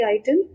item